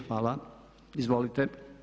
Hvala, izvolite.